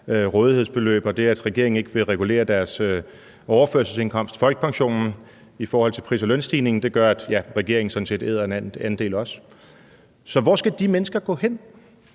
rådighedsbeløb. Og det, at regeringen ikke vil regulere deres overførselsindkomst, folkepensionen, i forhold til pris- og lønstigningen, gør, at regeringen sådan set æder en andel også. Så hvor skal de mennesker gå hen?